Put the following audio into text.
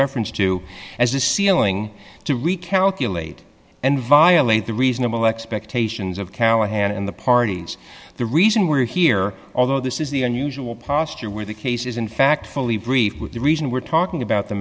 reference to as a ceiling to recalculate and violate the reasonable expectations of callahan and the parties the reason we're here although this is the unusual posture where the case is in fact fully briefed the reason we're talking about the